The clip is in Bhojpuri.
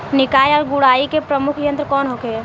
निकाई और गुड़ाई के प्रमुख यंत्र कौन होखे?